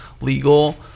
legal